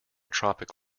tropic